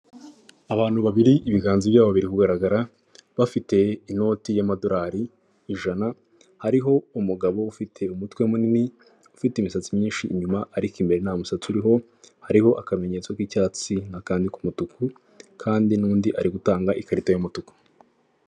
Abantu babiri ibiganza byabo biri kugaragara bafite inoti y'amadorari ijana, hariho umugabo ufite umutwe munini ufite imisatsi myinshi inyuma ariko imbere nta musatsi uriho, hariho akamenyetso k'icyatsi n'akandi ku mutuku kandi n'undi ari gutanga ikarita y'umutuku.